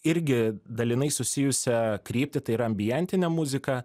irgi dalinai susijusią kryptį tai yra ambientinė muzika